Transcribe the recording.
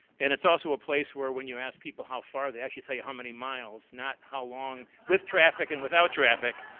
and it's also a place where when you ask people how far they are, they actually tell you how many miles, not how long with traffic and without traffic